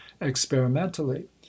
experimentally